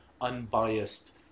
unbiased